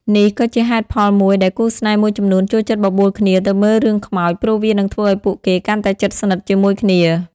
នេះក៏ជាហេតុផលមួយដែលគូស្នេហ៍មួយចំនួនចូលចិត្តបបួលគ្នាទៅមើលរឿងខ្មោច ព្រោះវានឹងធ្វើឲ្យពួកគេកាន់តែជិតស្និទ្ធជាមួយគ្នា។